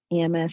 EMS